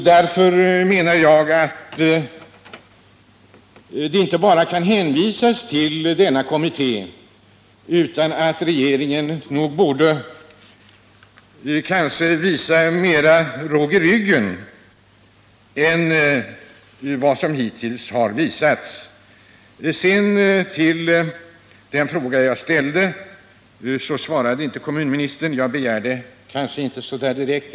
Därför menar jag att man inte bara kan hänvisa till denna kommitté, utan regeringen bör nog visa mera råg i ryggen än man gjort hittills. Den fråga jag ställde svarade inte kommunministern på, och jag begärde det kanske inte så direkt.